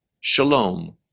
Shalom